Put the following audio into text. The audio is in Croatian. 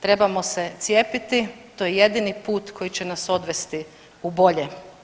Trebamo se cijepiti, to je jedini put koji će nas odvesti u bolje.